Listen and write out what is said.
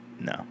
No